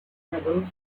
medals